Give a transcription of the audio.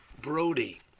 Brody